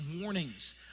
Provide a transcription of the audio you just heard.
warnings